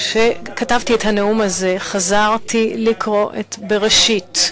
כשכתבתי את הנאום הזה חזרתי לקרוא את בראשית,